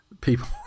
people